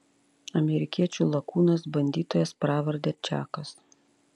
amerikiečių lakūnas bandytojas pravarde čakas